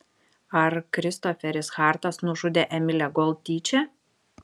ar kristoferis hartas nužudė emilę gold tyčia